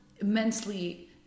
immensely